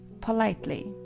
Politely